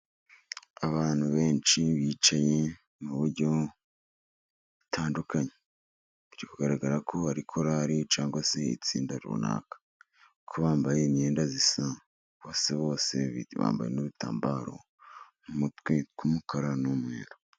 Abantu benshi bicaye mu buryo butandukanye, uburyo bugaragara ko ari korari cyangwa se itsinda runaka, bakaba bambaye imyenda isa bose, bose bambaye n'ibitambaro mu mutwe tw'umukara n'umweru.